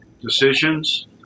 decisions